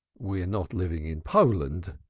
we are not living in poland,